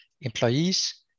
employees